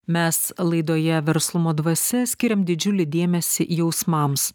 mes laidoje verslumo dvasia skiriam didžiulį dėmesį jausmams